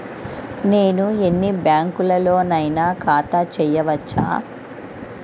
నేను ఎన్ని బ్యాంకులలోనైనా ఖాతా చేయవచ్చా?